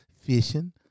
fishing